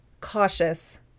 cautious